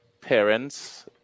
parents